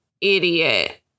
idiot